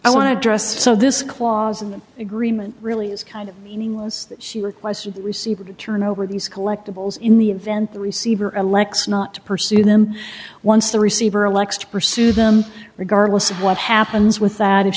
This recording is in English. i want to dress so this clause in the agreement really is kind of meaningless she requested the receiver to turn over these collectibles in the event the receiver elects not to pursue them once the receiver elects to pursue them regardless of what happens with that if